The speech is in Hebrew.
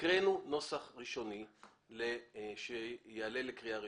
הקראנו נוסח ראשוני שיעלה לקריאה ראשונה.